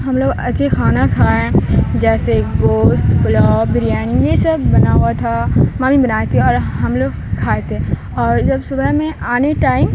ہم لوگ اچھے کھانا کھائے جیسے گوشت پلاؤ بریانی یہ سب بنا ہوا تھا مامی بنائی تھیں اور ہم لوگ کھائے تھے اور جب صبح میں آنے ٹائم